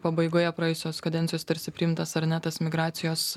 pabaigoje praėjusios kadencijos tarsi priimtas ar ne tas migracijos